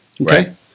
okay